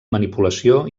manipulació